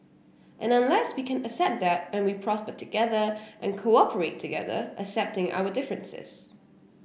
and unless we can accept that and we prosper together and cooperate together accepting our differences